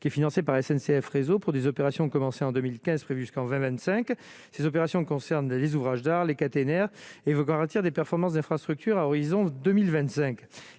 qui est financé par SNCF réseau pour des opérations commencées en 2015 prévu ce en 25, cette opération concerne les ouvrages d'art, les caténaires et vous garantir des performances d'infrastructures à horizon 2025